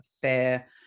fair